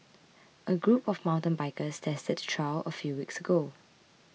a group of mountain bikers tested the trail a few weeks ago